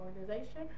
organization